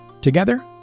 together